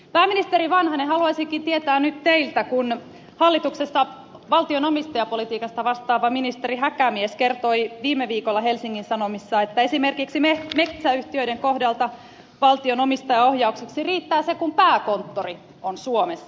pääministeri vanhanen hallituksessa valtion omistajapolitiikasta vastaava ministeri häkämies kertoi viime viikolla helsingin sanomissa että esimerkiksi metsäyhtiöiden kohdalta valtion omistajaohjaukseksi riittää se kun pääkonttori on suomessa